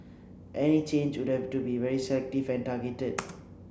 any change would have to be very selective and targeted